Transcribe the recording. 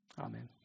Amen